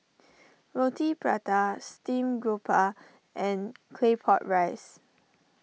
Roti Prata Steamed Garoupa and Claypot Rice